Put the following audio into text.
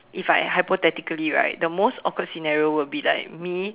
if I hypothetically right the most awkward scenario would be like me